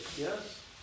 yes